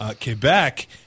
Quebec